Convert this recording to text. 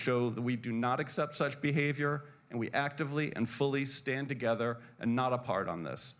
show that we do not accept such behavior and we actively and fully stand together and not apart on this